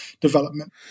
development